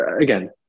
Again